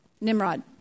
Nimrod